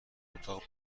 اتاق